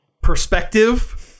perspective